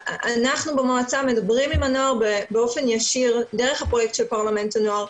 אנחנו במועצה מדברים עם הנוער באופן ישיר דרך הפרויקט של פרלמנט הנוער,